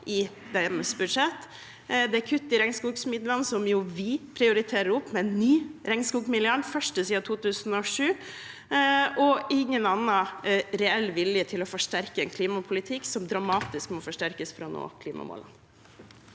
i deres budsjett. Det er kutt i regnskogmidlene, som vi prioriterer opp med en ny regnskogmilliard, den første siden 2007, og ingen annen reell vilje til å forsterke en klimapolitikk som dramatisk må forsterkes for å nå klimamålene.